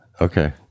okay